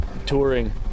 Touring